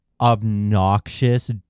obnoxious